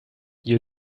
you